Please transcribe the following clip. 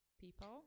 people